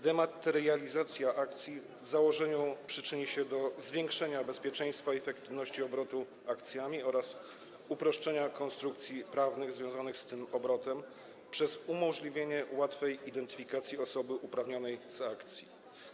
Dematerializacja akcji w założeniu przyczyni się do zwiększenia bezpieczeństwa i efektywności obrotu akcjami oraz uproszczenia konstrukcji prawnych związanych z tym obrotem przez umożliwienie łatwej identyfikacji osoby uprawnionej z akcji.